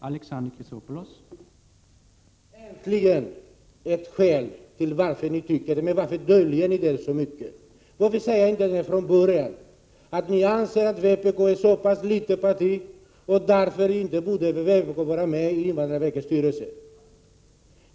Herr talman! Äntligen ett skäl till att ni tycker som ni gör. Men varför döljer ni det? Varför säger ni inte från början att vpk är ett så litet parti att det inte bör få vara representerat i invandrarverkets styrelse?